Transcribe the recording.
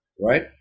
right